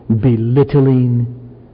belittling